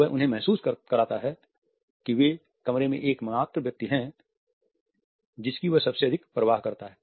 वह उन्हें महसूस कराता है कि वे कमरे में एकमात्र व्यक्ति हैं जिसकी वह सबसे अधिक परवाह करता है